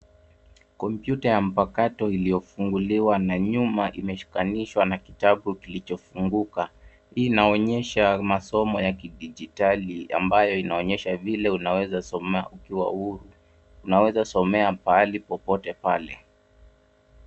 Kompyuta ya mpakato iliyofunguliwa na nyuma imeshikanishwa na kitabu kilichofunguka. Inaonyesha masomo ya kidijitali ambayo inaonyesha vile unaweza soma au unaweza somea pahali popote pale.